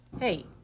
hey